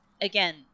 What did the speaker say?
Again